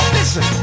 Listen